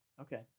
okay